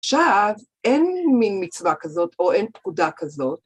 עכשיו, אין מין מצווה כזאת או אין פקודה כזאת.